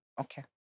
Okay